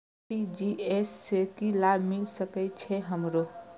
RTGS से की लाभ मिल सके छे हमरो?